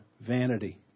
vanity